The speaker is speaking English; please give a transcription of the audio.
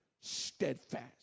steadfast